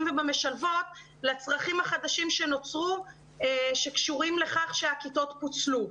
ובמשלבות לצרכים החדשים שנוצרו שקשורים לכך שהכיתות פוצלו,